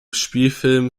spielfilm